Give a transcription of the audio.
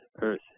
earth